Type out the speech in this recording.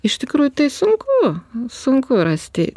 iš tikrųjų tai sunku sunku rasti